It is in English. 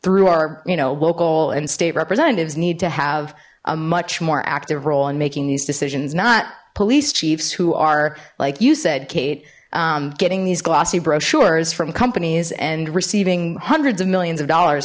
through our you know local and state representatives need to have a much more active role in making these decisions not police chief's who are like you said kate getting these glossy brochures from companies and receiving hundreds of millions of dollars